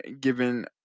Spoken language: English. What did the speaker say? given